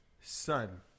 Son